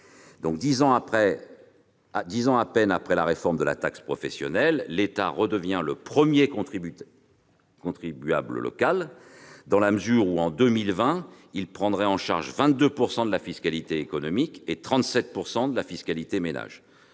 Ainsi, dix ans à peine après la réforme de la taxe professionnelle, l'État redevient le premier contribuable local, dans la mesure où, en 2020, il prendrait en charge 22 % de la fiscalité économique et 37 % de la fiscalité « ménages